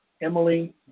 Emily